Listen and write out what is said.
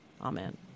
Amen